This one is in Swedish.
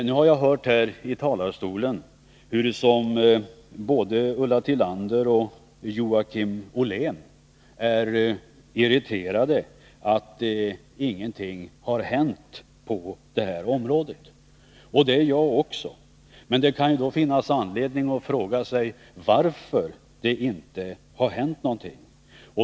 Nu har jag hört hurusom både Ulla Tillander och Joakim Ollén här i talarstolen sagt sig vara irriterade över att ingenting har hänt på det här området. Det är jag också, men det kan finnas anledning att fråga sig vatför det inte har hänt någonting.